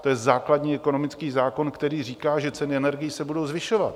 A to je základní ekonomický zákon, který říká, že ceny energií se budou zvyšovat.